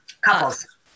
couples